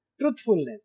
truthfulness